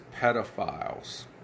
Pedophiles